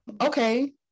Okay